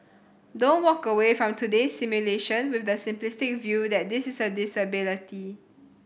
don't walk away from today's simulation with the simplistic view that this is a disability